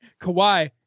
Kawhi